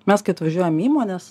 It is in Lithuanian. mes kad atvažiuojam į įmonės